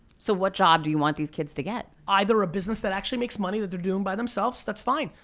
so what job do you want these kids to get? either a business that actually makes money that they're doing by themselves, that's fine.